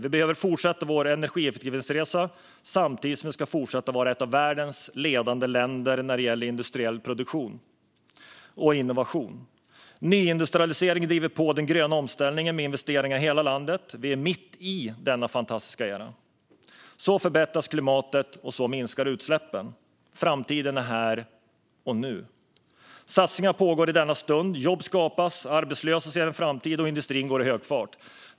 Vi behöver fortsätta vår energieffektiviseringsresa samtidigt som vi ska fortsätta vara ett av världens ledande länder när det gäller industriell produktion och innovation. Nyindustrialiseringen driver på den gröna omställningen med investeringar i hela landet, och vi är mitt i denna fantastiska era. Så förbättras klimatet, och så minskar utsläppen. Framtiden är här och nu. Satsningarna pågår i denna stund - jobb skapas, arbetslösa ser en framtid och industrin går för högtryck.